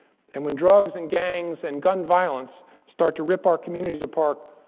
and when drugs and gangs and gun violence start to rip our communities apart,